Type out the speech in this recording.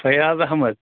Fayaz Ahmad